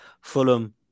Fulham